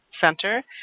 Center